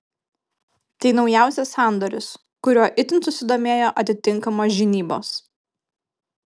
tai naujausias sandoris kuriuo itin susidomėjo atitinkamos žinybos